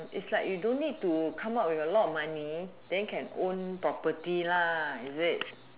it's like you don't need to come out with a lot of money then can own property lah is it